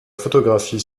photographie